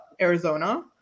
Arizona